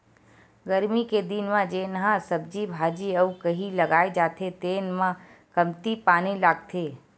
गरमी के दिन म जेन ह सब्जी भाजी अउ कहि लगाए जाथे तेन म कमती पानी लागथे